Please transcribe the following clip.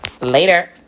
later